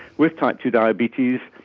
with type two diabetes.